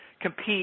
compete